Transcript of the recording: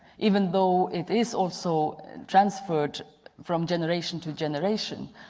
even though it is also transferred from generation to generation.